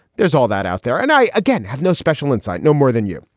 there's all that out there. and i again have no special insight, no more than you.